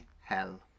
hell